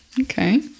Okay